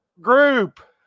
group